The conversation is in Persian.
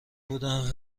بودن